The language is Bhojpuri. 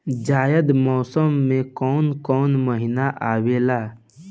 जायद मौसम में काउन काउन महीना आवेला?